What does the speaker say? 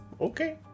Okay